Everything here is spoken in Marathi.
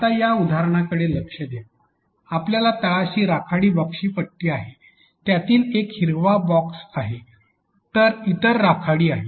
आता या उदाहरणाकडे लक्ष द्या आपल्याकडे तळाशी राखाडी बॉक्सची पट्टी आहे आणि त्यातील एक बॉक्स हिरवा आहे तर इतर राखाडी आहेत